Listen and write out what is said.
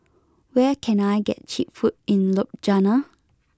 where can I get cheap food in Ljubljana